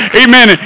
amen